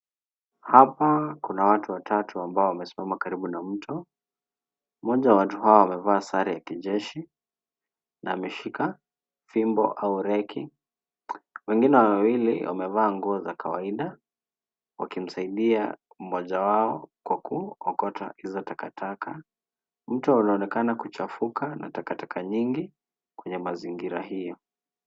Hapa kuna watu watatu ambao wamesimama karibu na mto, mmoja wa watu hawa amevaa sare ya kijeshi na ameshika fimbo au reki wengine wawili wamevaa nguo za kawaida wakimsaidia mmoja wao kwa kuokota hizo takataka , mto unaonekana kuchafuka na takataka nyingi kweye mazigia hiyo.